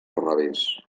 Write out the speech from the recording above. revés